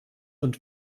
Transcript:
und